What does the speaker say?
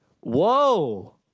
Whoa